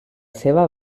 seva